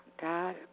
God